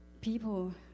People